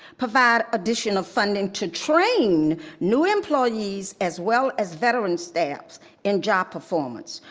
provide additional funding to train new employees, as well as veteran staff in job performance.